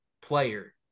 player